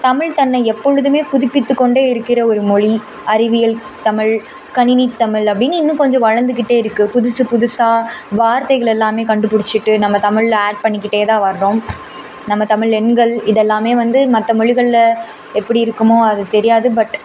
தமிழ் தன்னை எப்போழுதுமே புதுப்பித்துக்கொண்டே இருக்கின்ற ஒரு மொழி அறிவியல் தமிழ் கணினித்தமிழ் அப்படின்னு இன்னும் கொஞ்சம் வளர்ந்துக்கிட்டே இருக்குது புதுசு புதுசாக வார்த்தைகள் எல்லாமே கண்டுபிடிச்சுட்டு நம்ம தமிழில் ஆட் பண்ணிக்கிட்டே தான் வர்றோம் நம்ம தமிழ் எண்கள் இதெல்லாமே வந்து மற்ற மொழிகளில் எப்படி இருக்குமோ அது தெரியாது பட்